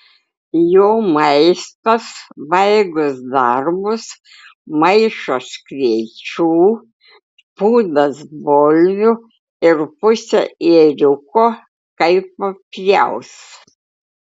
jo maistas baigus darbus maišas kviečių pūdas bulvių ir pusė ėriuko kai papjaus